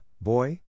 boy